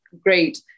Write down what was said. Great